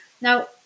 Now